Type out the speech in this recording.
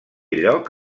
lloc